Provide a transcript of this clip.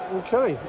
okay